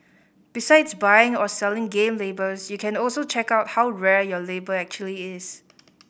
besides buying or selling game labels you can also check out how rare your label actually is